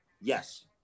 yes